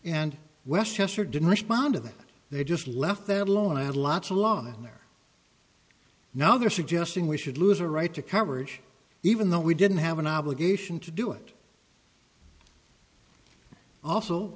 and westchester didn't respond to that they just left them alone i had lots of laws there now they're suggesting we should lose a right to coverage even though we didn't have an obligation to do it also